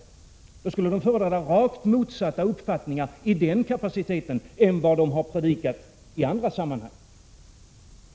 Då skulle de förorda rakt motsatta uppfattningar i den kapaciteten mot vad de har predikat i andra sammanhang!